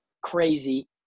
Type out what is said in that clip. crazy